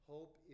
Hope